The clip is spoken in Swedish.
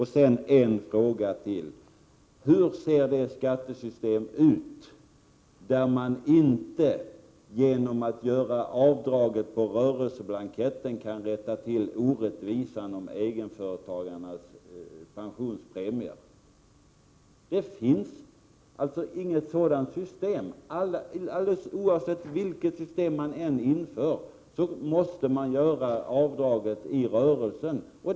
Hur ser det skattesystem ut, där man inte genom att göra avdrag på rörelseblanketten kan rätta till orättvisan om egenföretagarnas pensionspremier? Det finns inget sådant system. Alldeles oavsett vilket system man inför måste man göra avdraget i rörelsen.